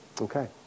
Okay